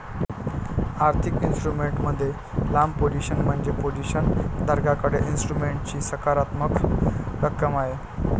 आर्थिक इन्स्ट्रुमेंट मध्ये लांब पोझिशन म्हणजे पोझिशन धारकाकडे इन्स्ट्रुमेंटची सकारात्मक रक्कम आहे